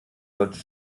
sollte